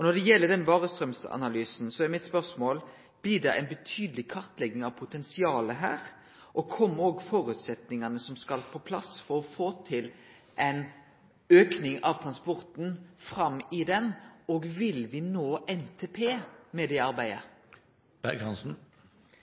Når det gjeld varestraumsanalysen, har eg desse spørsmåla: Blir det her ei betydeleg kartlegging av potensialet? Kjem føresetnadene som må på plass for å få til ein auke i transporten, fram i analysen? Og vil me nå NTP med det